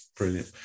Brilliant